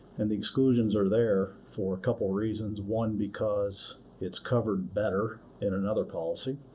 and the exclusions are there for a couple of reasons. one, because it's covered better in another policy,